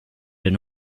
and